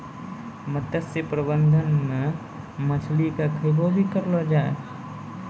मत्स्य प्रबंधन मे मछली के खैबो भी करलो जाय